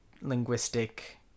linguistic